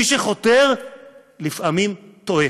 מי שחותר לפעמים טועה.